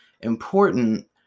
important